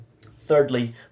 Thirdly